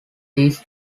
these